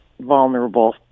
vulnerable